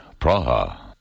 Praha